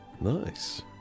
nice